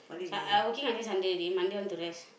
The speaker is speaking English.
s~ uh I working until Sunday already Monday I want to rest